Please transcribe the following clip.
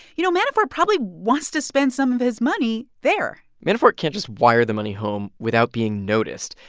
you know, manafort probably wants to spend some of his money there manafort can't just wire the money home without being noticed.